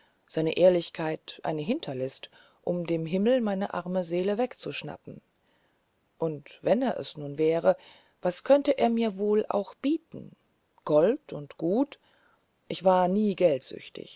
seine ehrlichkeit eine hinterlist um dem himmel meine arme seele wegzuschnappen und wenn er es nun wäre was könnte er mir wohl bieten gold und gut ich war nie